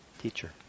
teacher